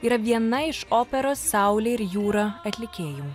yra viena iš operos saulė ir jūra atlikėjų